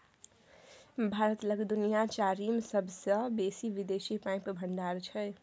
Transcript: भारत लग दुनिया चारिम सेबसे बेसी विदेशी पाइक भंडार छै